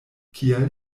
kial